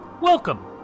Welcome